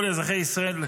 כל אזרחי ישראל,